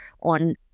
on